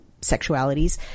sexualities